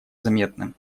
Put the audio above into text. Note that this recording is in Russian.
заметным